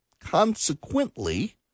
Consequently